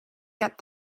get